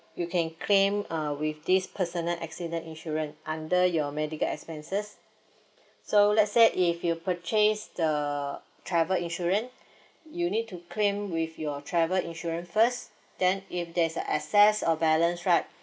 you can claim uh with this personal accident insurance under your medical expenses so let's say if you purchase the travel insurance you need to claim with your travel insurance first then if there's a excess or balance right